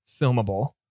filmable